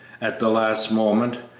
at the last moment,